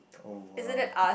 oh !wow!